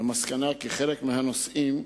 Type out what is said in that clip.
למסקנה כי חלק מהנושאים,